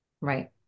Right